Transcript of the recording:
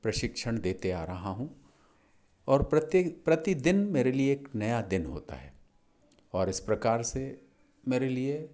प्रशिक्षण देते आ रहा हूँ और प्रत्येक प्रीतदिन मेरे लिए एक नया दिन होता है और इस प्रकार से मेरे लिए